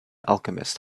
alchemist